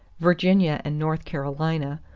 virginia and north carolina,